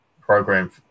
program